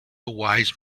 wise